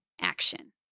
action